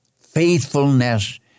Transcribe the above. Faithfulness